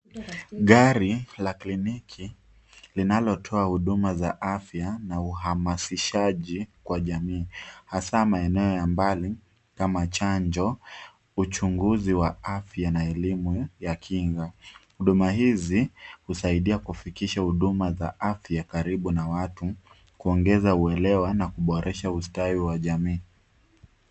Gari la kliniki linalotoa huduma za afya na uhamasishaji kwa jamii hasa maeneo ya mbali kama chanjo, uchunguzi wa afya na elimu ya kinga. Huduma hizi husaidia kufikisha huduma za afya karibu na watu kuongeza uelewa na kuboresha ustawi wa jamii.